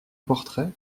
portrait